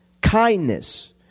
kindness